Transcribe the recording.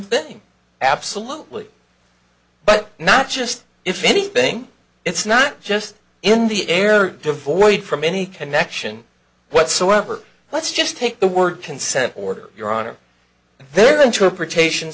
thing absolutely but not just if anything it's not just in the air devoid from any connection whatsoever let's just take the word consent order your honor their interpretation